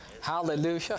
Hallelujah